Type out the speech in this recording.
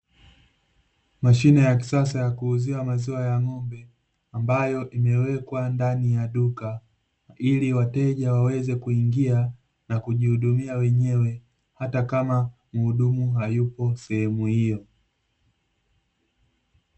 Mashine ya kisasa ya kuuzia maziwa ya ng'ombe, ambayo imewekwa ndani ya duka ili wateja waweze kuingia na kijihudumia wenyewe, hata kama mhudumu hayupo sehemu hiyo.